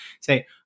say